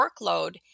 workload